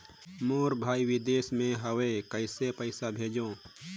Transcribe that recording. मोर भाई विदेश मे हवे कइसे पईसा भेजो?